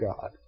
God